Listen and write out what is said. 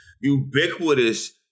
ubiquitous